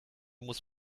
muss